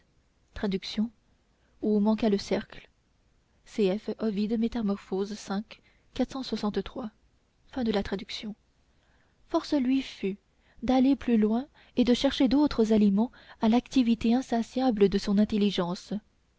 force lui fut d'aller plus loin et de chercher d'autres aliments à l'activité insatiable de son intelligence